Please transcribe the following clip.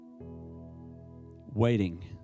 waiting